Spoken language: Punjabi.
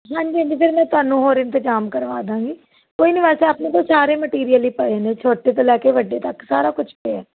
ਹਾਂਜੀ ਹਾਂਜੀ ਫਿਰ ਮੈਂ ਤੁਹਾਨੂੰ ਹੋਰ ਇੰਤਜਾਮ ਕਰਵਾ ਦਾਂਗੀਗੀ ਕੋਈ ਨਹੀਂ ਵੈਸੇ ਆਪਣੇ ਕੋਲ ਸਾਰੇ ਮਟੀਰੀਅਲ ਹੀ ਪਏ ਨੇ ਛੋਟੇ ਤੋਂ ਲੈ ਕੇ ਵੱਡੇ ਤੱਕ ਸਾਰਾ ਕੁਛ ਪਿਆ